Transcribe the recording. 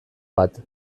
bat